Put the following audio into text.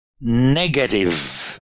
negative